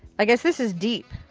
i guess this is deep.